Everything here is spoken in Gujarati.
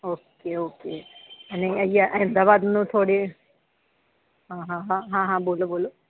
ઓકે ઓકે અને અહીંયા અમદાવાદનો થોડી એ હા હા હા બોલો બોલો